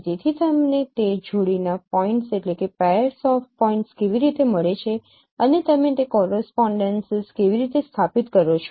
તેથી તમને તે જોડીના પોઇન્ટ્સ કેવી રીતે મળે છે અને તમે તે કોરસપોનડેન્સીસ કેવી રીતે સ્થાપિત કરો છો